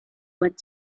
went